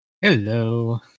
Hello